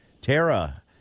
Tara